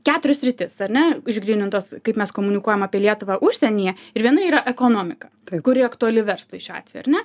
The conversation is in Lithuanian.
keturios sritis ar ne išgrynintos kaip mes komunikuojam apie lietuvą užsienyje ir viena yra ekonomika kuri aktuali verslui šiuo atveju ar ne